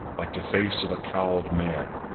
like the face of a cowled man.